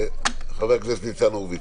חבר הכנסת ניצן הורוביץ.